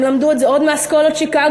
הם למדו את זה עוד מאסכולת שיקגו,